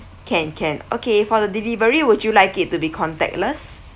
can can okay for the delivery would you like it to be contactless